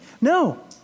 no